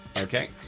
Okay